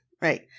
right